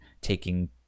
taking